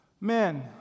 Men